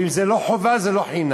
ואם זה לא חובה זה לא חינם.